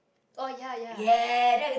oh ya ya